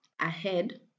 ahead